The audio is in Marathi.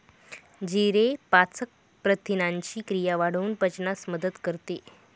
जिरे पाचक प्रथिनांची क्रिया वाढवून पचनास मदत करते